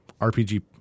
RPG